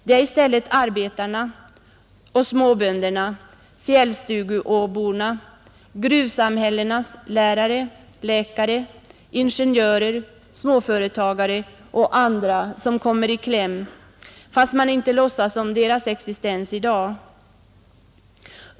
Det är i stället arbetarna och småbönderna, fjällstuguåborna och gruvsamhällenas lärare, läkare, ingenjörer, småföretagare och andra som kommer i kläm fast man inte låtsats om deras existens.